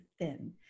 thin